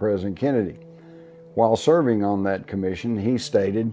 president kennedy while serving on that commission he stated